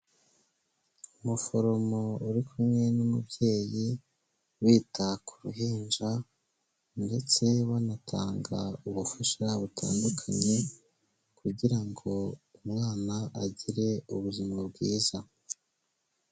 Umuforomo uri kumwe n'umubyeyi bita ku ruhinja ndetse banatanga ubufasha butandukanye kugira ngo umwana agire ubuzima bwiza.